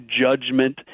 judgment